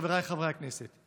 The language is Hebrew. חבריי חברי הכנסת,